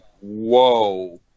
Whoa